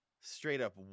Straight-up